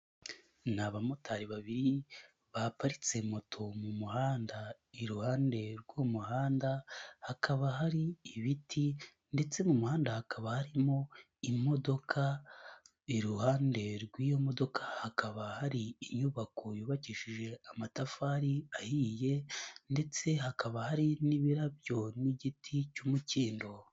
Ni abamotari babiri baparitse moto mu muhanda, iruhande rw'umuhanda hakaba hari ibiti ndetse mu muhanda hakaba harimo imodoka, iruhande rw'iyo modoka hakaba hari inyubako yubakishije amatafari ahiye ndetse hakaba hari n'ibirabyo n'igiti cy'umukindo.